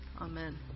Amen